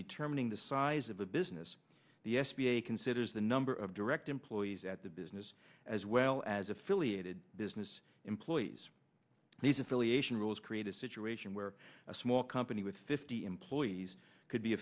determining the size of a business the s b a considers the number of direct employees at the business as well as affiliated business employees these affiliation rules create a situation where a small company with fifty employees could be